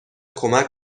کمک